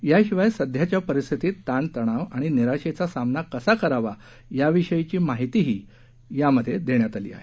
याशिवाय सध्याच्या परिस्थितीत ताणतणाव आणि निराशेचा सामना कसा करावा याविषयीही माहिती देण्यात आली आहे